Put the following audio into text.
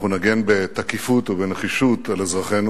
אנחנו נגן בתקיפות ובנחישות על אזרחינו.